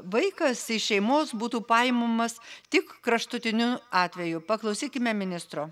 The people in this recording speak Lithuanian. vaikas iš šeimos būtų paimamas tik kraštutiniu atveju paklausykime ministro